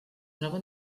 troba